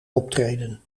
optreden